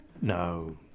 no